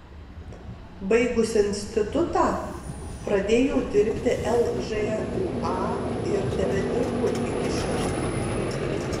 baigusi institutą pradėjau dirbti lžūa ir tebedirbu iki šiol